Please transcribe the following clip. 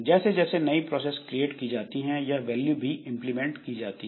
जैसे जैसे नई प्रोसेस क्रिएट की जाती हैं यह वैल्यू भी इंप्लीमेंट की जाती है